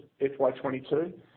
FY22